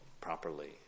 properly